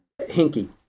hinky